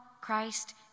Christ